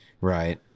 Right